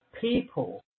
people